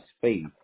faith